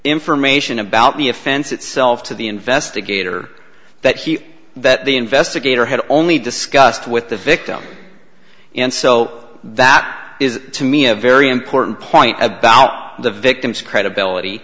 information about the offense itself to the investigator that he that the investigator had only discussed with the victim and so that is to me a very important point about the victim's credibility